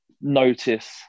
notice